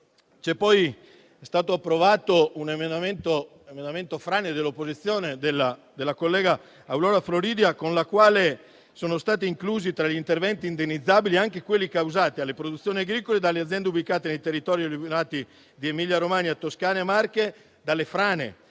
tema. È stato approvato poi un "emendamento frane" dell'opposizione, presentato nello specifico dalla collega Aurora Floridia, con il quale sono stati inclusi tra gli interventi indennizzabili anche quelli causati alle produzioni agricole ed alle aziende ubicate nei territori alluvionati di Emilia-Romagna, Toscana e Marche dalle frane